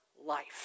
life